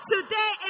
Today